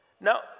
Now